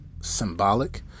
symbolic